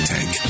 Tank